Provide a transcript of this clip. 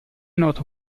noto